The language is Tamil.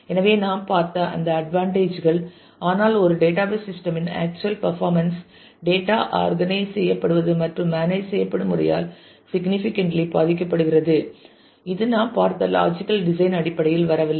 எனவே நாம் பார்த்த அந்த அட்வான்டேஜ் கள் ஆனால் ஒரு டேட்டாபேஸ் சிஸ்டம் இன் ஆக்சுவல் பர்ஃபாமென்ஸ் டேட்டா ஆர்கனைஸ் செய்யப்படுவது மற்றும் மேனேஜ் செய்யப்படும் முறையால் சிக்னிபிக்கன்லி பாதிக்கப்படுகிறது இது நாம் பார்த்த லாஜிக்கல் டிசைன் அடிப்படையில் வரவில்லை